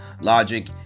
Logic